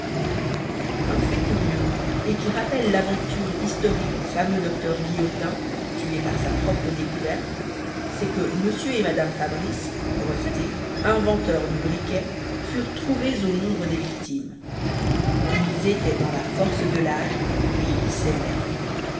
un fait curieux et qui rappelle l'aventure historique du fameux docteur guillotin tué par sa propre découverte c'est que m et madame fabrice brevetés inventeurs du briquet furent trouvés au nombre des victimes ils étaient dans la force de l'âge et ils s'aimaient